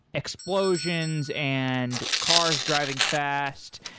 explosions and cars driving fast,